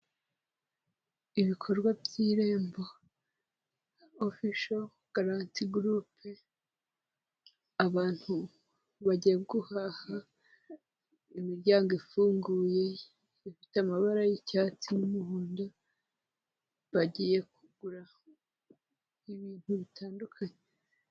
Ibikorwa by'irembo ofisho garanti gurupe, abantu bajya guhaha, imiryango ifunguye ifite amabara y'icyatsi n'umuhondo bagiye kugura ibintu bitandukanye.